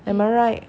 am I right